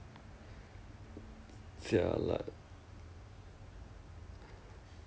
don't know lah